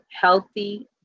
healthy